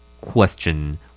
Question